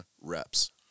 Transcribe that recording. reps